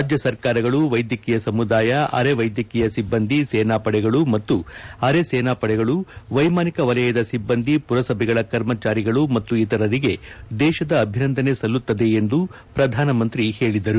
ರಾಜ್ಯ ಸರ್ಕಾರಗಳು ವೈದ್ಯಕೀಯ ಸಮುದಾಯ ಅರೆ ವೈದ್ಯಕೀಯ ಸಿಬ್ಬಂದಿ ಸೇನಾಪಡೆಗಳು ಮತ್ತು ಅರೆ ಸೇನಾಪಡೆಗಳು ವೈಮಾನಿಕ ವಲಯದ ಸಿಬ್ಬಂದಿ ಪುರಸಭೆಗಳ ಕರ್ಮಚಾರಿಗಳು ಮತ್ತು ಇತರರಿಗೆ ದೇಶದ ಅಭಿನಂದನೆ ಸಲ್ಲುತ್ತದೆ ಎಂದು ಪ್ರಧಾನಿ ಹೇಳಿದರು